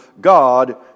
God